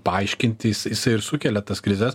paaiškinti jisai ir sukelia tas krizes